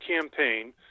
campaign